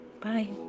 Bye